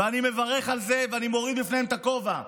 ואני מברך על זה ואני מוריד בפניהם את הכובע.